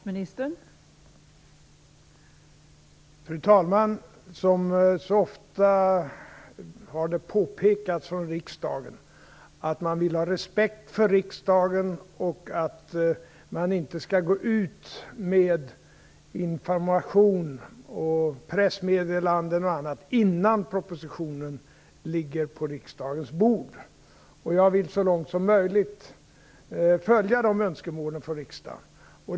Fru talman! Det har ofta påpekats från riksdagen att man vill ha respekt för riksdagen och att man inte skall gå ut med information, pressmeddelanden och annat, innan propositionen ligger på riksdagens bord. Jag vill så långt som möjligt följa de önskemålen från riksdagen.